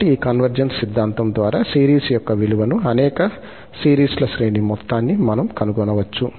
కాబట్టి ఈ కన్వర్జెన్స్ సిద్ధాంతం ద్వారా సిరీస్ యొక్క విలువను అనేక సిరీస్ల శ్రేణి మొత్తాన్ని మనం కనుగొనవచ్చు